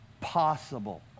possible